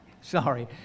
Sorry